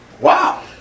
Wow